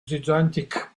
gigantic